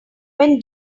when